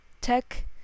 tech